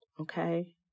okay